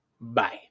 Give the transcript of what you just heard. Bye